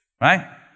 Right